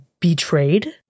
Betrayed